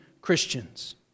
Christians